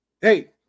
Hey